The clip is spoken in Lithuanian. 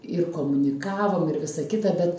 ir komunikavom ir visa kita bet